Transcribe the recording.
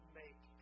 make